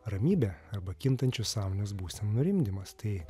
ramybė arba kintančios sąmonės būsen nurimdamas tai